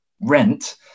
rent